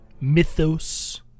Mythos